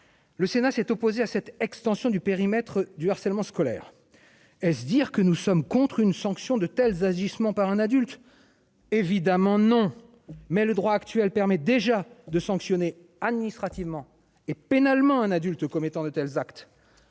Le Sénat s'est opposée à cette extension du périmètre du harcèlement scolaire est-ce dire que nous sommes contre une sanction de tels agissements par un adulte, évidemment non, mais le droit actuel permet déjà de sanctionner administrativement et pénalement un adulte comme étant de tels actes,